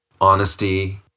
honesty